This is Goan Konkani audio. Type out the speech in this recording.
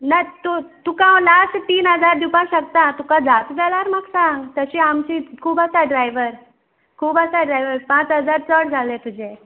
ना तूं तुका हांव लाश्ट तीन हजार दिवपाक शकता तुका जाता जाल्यार म्हाका सांग तशें आमचे खूब आसा ड्रायवर खूब आसा ड्रायवर पांच हजार खूब जाले तुजे